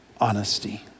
honesty